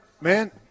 Man